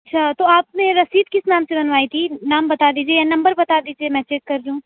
اچھا تو آپ نے رسید کس نام سے بنوائی تھی نام بتا دیجیے نمبر بتا دیجیے میں چیک کر رہی ہوں